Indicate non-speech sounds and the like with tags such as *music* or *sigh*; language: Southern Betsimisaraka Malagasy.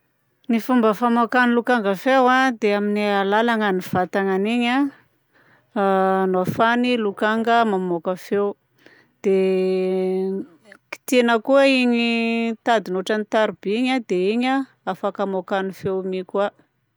Ny fomba famoakan'ny lokanga feo a dia amin'ny alalagna vatagnany igny a a *hesitation* no ahafahan'ny lokanga mamoaka feo. Dia *hesitation* kitihina koa igny tadiny ohatran'ny tarobia igny a dia igny a afaka hamoakany feo mi koa.